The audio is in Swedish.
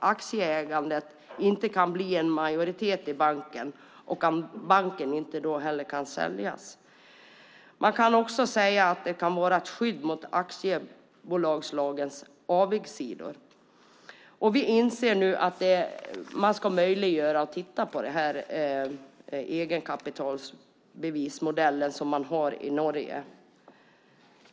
aktieägare inte kan bli en majoritet i banken och att banken då inte heller kan säljas. Man kan också säga att det kan vara ett skydd mot aktiebolagslagens avigsidor. Vi anser nu att man ska titta på och möjliggöra den här egenkapitalbevismodellen som man har i Norge.